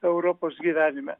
europos gyvenime